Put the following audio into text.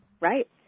Right